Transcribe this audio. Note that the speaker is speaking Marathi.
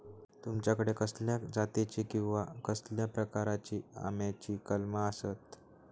तुमच्याकडे कसल्या जातीची किवा कसल्या प्रकाराची आम्याची कलमा आसत?